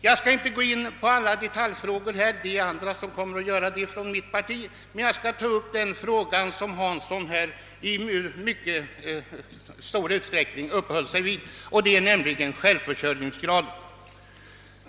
Jag skall inte gå in på alla detaljfrågor; andra talare från mitt parti kommer att göra det. Men jag skall ta upp den fråga, som herr Hansson i Skegrie i mycket stor utsträckning uppehöll sig vid, nämligen frågan om självförsörjningsgraden.